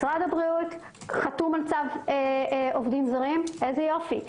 משרד הבריאות חתום על צו עובדים זרים יופי,